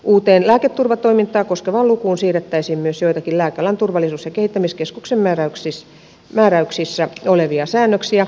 uuteen lääketurvatoimintaa koskevaan lukuun siirrettäisiin myös joitakin lääkealan turvallisuus ja kehittämiskeskuksen määräyksissä olevia säännöksiä